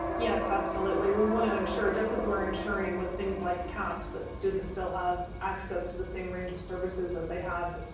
yes, absolutely. we wanna ensure just as we're ensuring with things like caps that students still have access to the same range of services that they have,